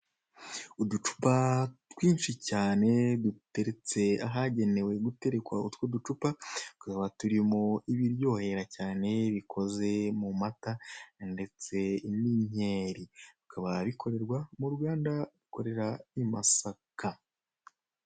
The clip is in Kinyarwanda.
Uducupa twinshi cyane duteretse ahagenewe guterekwa, utwo ducupa tukaba turimo ibiryohera cyane bikoze mu mata ndetse n'inkeri. Bikaba bikorerwa mu ruganda rukorera I Masaka.